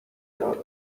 era